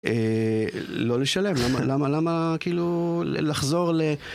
לא לשלם, למה, למה, כאילו, לחזור ל...